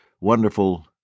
wonderful